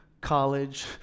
college